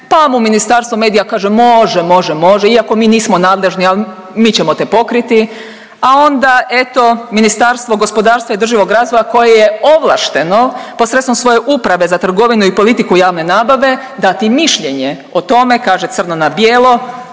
pa onda Ministarstvo medija kaže može, može, može iako mi nismo nadležni ali mi ćemo te pokreti, a onda eto Ministarstvo gospodarstva i održivog razvoja koje je ovlašteno posredstvom svoje uprave za trgovinu i politiku javne nabave dati mišljenje o tome, kaže crno na bijelo